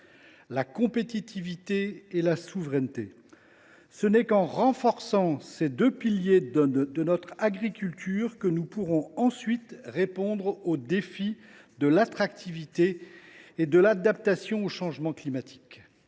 la compétitivité et la souveraineté. Ce n’est qu’en renforçant ces deux piliers de notre agriculture que nous pourrons répondre aux défis de l’attractivité et de l’adaptation au changement climatique.